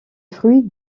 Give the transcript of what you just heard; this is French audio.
fruit